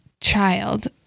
child